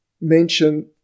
mention